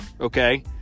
okay